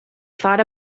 thought